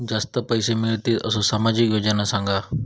जास्ती पैशे मिळतील असो सामाजिक योजना सांगा?